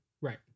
Right